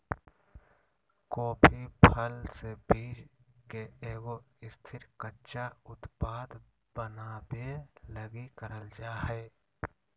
coffee फल से बीज के एगो स्थिर, कच्चा उत्पाद बनाबे लगी करल जा हइ